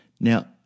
Now